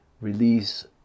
release